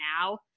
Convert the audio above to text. now